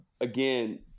again